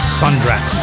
sundress